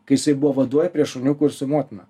kai jisai buvo vadoj prie šuniukų ir su motina